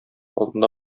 алдында